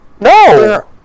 No